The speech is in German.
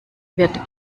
wird